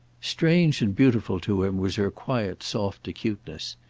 strange and beautiful to him was her quiet soft acuteness.